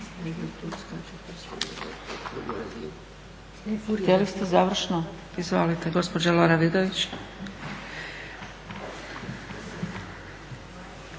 Hvala